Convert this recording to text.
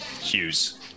Hughes